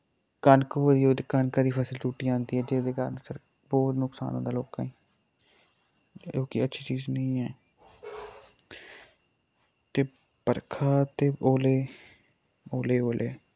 कनक होआ दी होऐ ते कनका दी फसल टुट्टी जंदी ऐ जेह्दे कारण फिर बौह्त नुकसान होंदा लोकां ही ते ओह् कि अच्छी चीज निं ऐ ते बरखा ते ओले ओले ओले